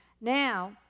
Now